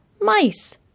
Mice